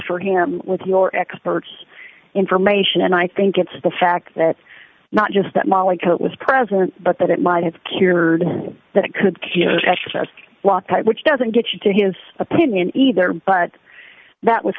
for him with your expert information and i think it's the fact that not just that molly coat was present but that it might have cured that it could cure special walk type which doesn't get you to his opinion either but that w